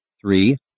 Three